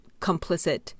complicit